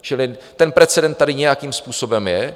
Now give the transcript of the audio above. Čili ten precedent tady nějakým způsobem je.